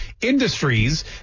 industries